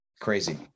Crazy